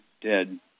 dead